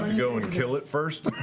go and kill it first?